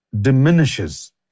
diminishes